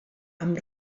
amb